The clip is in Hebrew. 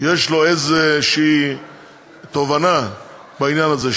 יש לו איזושהי תובנה בעניין הזה,